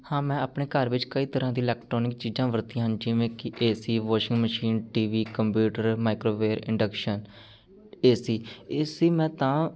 ਹਾਂ ਮੈਂ ਆਪਣੇ ਘਰ ਵਿੱਚ ਕਈ ਤਰ੍ਹਾਂ ਦੀ ਇਲੈਕਟਰੋਨਿਕ ਚੀਜ਼ਾਂ ਵਰਤੀਆਂ ਹਨ ਜਿਵੇਂ ਕਿ A C washing machine T V computer microwave induction A C A C ਮੈਂ ਤਾਂ